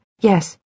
yes